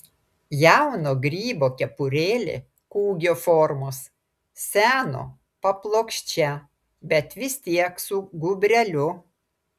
jauno grybo kepurėlė kūgio formos seno paplokščia bet vis tiek su gūbreliu